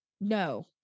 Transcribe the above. no